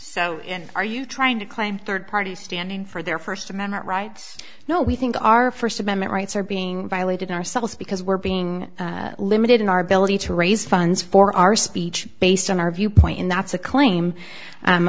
so are you trying to claim third parties standing for their first amendment rights now we think our first amendment rights are being violated ourselves because we're being limited in our ability to raise funds for our speech based on our viewpoint and that's a claim u